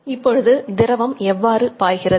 இப்பொழுது திரவம் எவ்வாறு பாய்கிறது